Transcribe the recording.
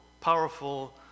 powerful